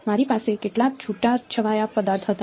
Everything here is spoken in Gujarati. મારી પાસે કેટલાક છૂટાછવાયા પદાર્થ હતા